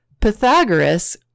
Pythagoras